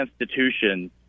institutions